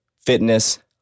fitness